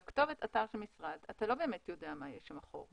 כתובת אתר של משרד אתה לא באמת יודע מה יש מאחור.